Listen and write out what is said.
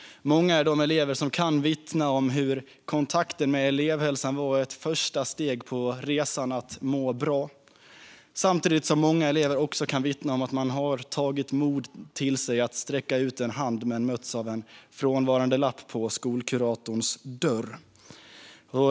Många elever kan vittna om hur kontakten med elevhälsan var ett första steg på resan mot att må bra, samtidigt som många elever också kan vittna om att de har tagit mod till sig att sträcka ut en hand men mötts av en frånvarandelapp på skolkuratorns dörr.